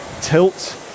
tilt